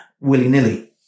willy-nilly